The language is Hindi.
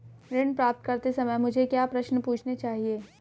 ऋण प्राप्त करते समय मुझे क्या प्रश्न पूछने चाहिए?